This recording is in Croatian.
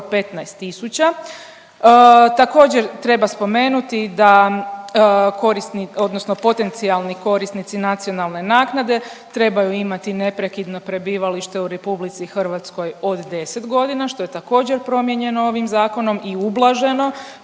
tisuća. Također treba spomenuti da kori…, odnosno potencijalni korisnici nacionalne naknade trebaju imati neprekidno prebivalište u RH od 10.g., što je također promijenjeno ovim zakonom i ublaženo,